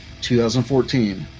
2014